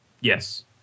Yes